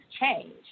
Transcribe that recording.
change